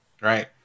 Right